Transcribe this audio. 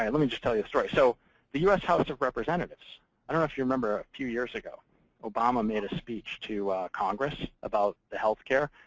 let me just tell you the story. so the us house of representatives i don't know if you remember, a few years ago obama made a speech to congress about the health care.